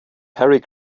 perry